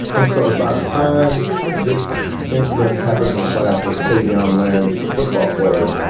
and so by the time this incident and happens in class with tavian land, the football player,